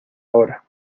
ahora